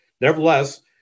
Nevertheless